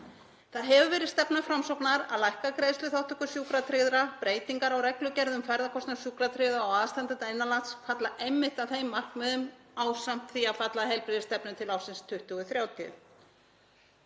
Það hefur verið stefna Framsóknar að lækka greiðsluþátttöku sjúkratryggðra. Breytingar á reglugerð um ferðakostnað sjúkratryggðra og aðstandenda innan lands falla einmitt að þeim markmiðum ásamt því að falla að heilbrigðisstefnu til ársins 2030.